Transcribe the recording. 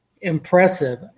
impressive